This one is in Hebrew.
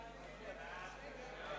נמנע.